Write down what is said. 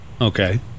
Okay